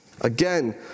Again